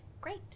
great